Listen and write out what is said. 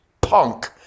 punk